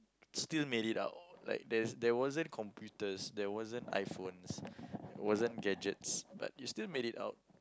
still made it out like there there wasn't computers there wasn't iPhones wasn't gadgets but you still made it out